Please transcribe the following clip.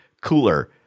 cooler